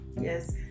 Yes